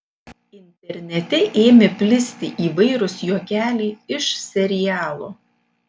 internete ėmė plisti įvairūs juokeliai iš serialo